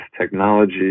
technology